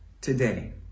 today